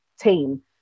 team